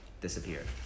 disappeared